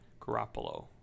Garoppolo